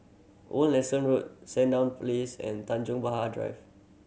Old Nelson Road Sandown Place and Tanjong Drive